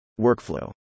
Workflow